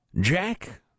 Jack